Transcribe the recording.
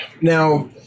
now